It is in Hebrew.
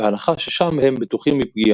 בהנחה ששם הם בטוחים מפגיעה.